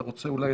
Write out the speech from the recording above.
אתה רוצה להקריא?